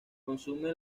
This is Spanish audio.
consume